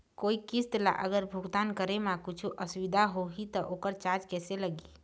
कोई किस्त ला अगर भुगतान करे म कुछू असुविधा होही त ओकर चार्ज कैसे लगी?